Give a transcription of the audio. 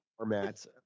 formats